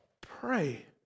pray